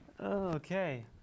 Okay